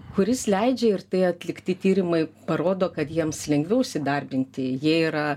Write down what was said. kuris leidžia ir tai atlikti tyrimai parodo kad jiems lengviau įsidarbinti jie yra